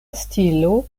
stilo